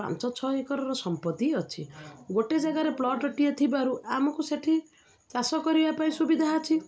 ପାଞ୍ଚ ଛଅ ଏକରର ସମ୍ପତ୍ତି ଅଛି ଗୋଟେ ଜାଗାରେ ପ୍ଲଟ୍ଟିଏ ଥିବାରୁ ଆମକୁ ସେଠି ଚାଷ କରିବା ପାଇଁ ସୁବିଧା ଅଛି